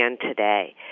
today